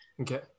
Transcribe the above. okay